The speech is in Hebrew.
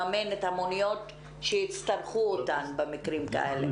לממן את המוניות במקרים כאלה.